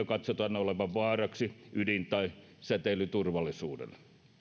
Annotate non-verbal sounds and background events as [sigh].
[unintelligible] katsotaan olevan vaaraksi ydin tai säteilyturvallisuudelle